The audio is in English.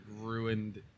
ruined